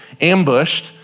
ambushed